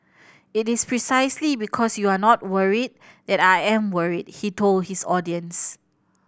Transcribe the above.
it is precisely because you are not worried that I am worried he told his audience